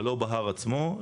אבל לא בהר עצמו,